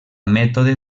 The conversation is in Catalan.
mètode